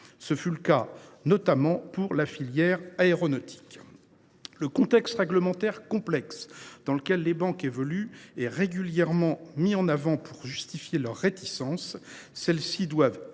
Ce fut notamment le cas de la filière aéronautique. Le contexte réglementaire complexe dans lequel les banques évoluent est régulièrement mis en avant pour justifier leurs réticences.